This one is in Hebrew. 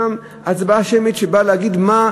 הצבעה שמית יש בה גם,